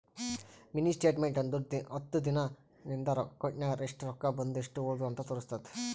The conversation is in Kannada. ಮಿನಿ ಸ್ಟೇಟ್ಮೆಂಟ್ ಅಂದುರ್ ಹತ್ತು ದಿನಾ ನಿಂದ ಅಕೌಂಟ್ ನಾಗ್ ಎಸ್ಟ್ ರೊಕ್ಕಾ ಬಂದು ಎಸ್ಟ್ ಹೋದು ಅಂತ್ ತೋರುಸ್ತುದ್